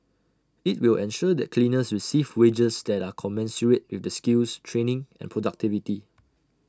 IT will ensure that cleaners receive wages that are commensurate with their skills training and productivity